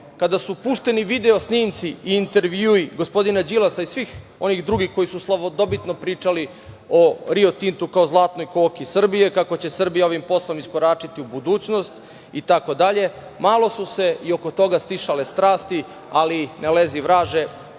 kada su pušteni video snimci i intervjui gospodina Đilasa i svih onih drugih koji su slavodobitno pričali o „Rio Tintu“ kao zlatnoj koki Srbije, kako će Srbija ovim poslom iskoračiti u budućnost itd, malo su se i oko toga stišale strasti, ali ne lezi vraže,